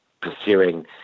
pursuing